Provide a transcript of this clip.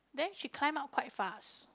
then she climb up quite fast